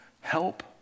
help